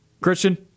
Christian